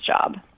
job